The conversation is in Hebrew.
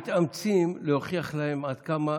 אנחנו מתאמצים להוכיח להם עד כמה,